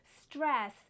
stress